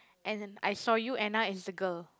and I saw you Anna is the girl